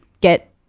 get